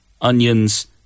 onions